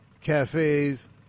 cafes